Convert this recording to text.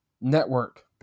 Network